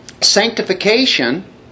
Sanctification